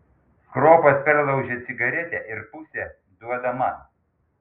kropas perlaužia cigaretę ir pusę duoda man